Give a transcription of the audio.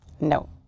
No